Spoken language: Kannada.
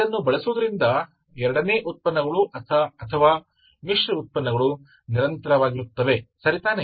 ಇದನ್ನು ಬಳಸುವುದರಿಂದ ಎರಡನೇ ಉತ್ಪನ್ನಗಳು ಅಥವಾ ಮಿಶ್ರ ಉತ್ಪನ್ನಗಳು ನಿರಂತರವಾಗಿರುತ್ತವೆ ಸರಿತಾನೇ